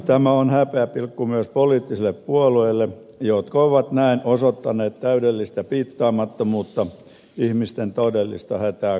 tämä on häpeäpilkku myös poliittisille puolueille jotka ovat näin osoittaneet täydellistä piittaamattomuutta ihmisten todellista hätää kohtaan